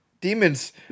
Demons